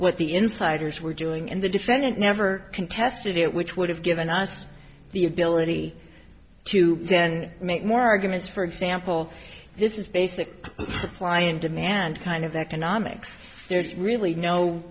what the insiders were doing and the defendant never contested it which would have given us the ability to then make more arguments for example this is basic supply and demand kind of economics there's really no